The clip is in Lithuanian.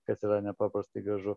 kas yra nepaprastai gražu